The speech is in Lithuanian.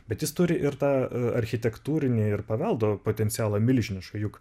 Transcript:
bet jis turi ir tą architektūrinį ir paveldo potencialą milžinišką juk